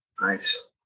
Nice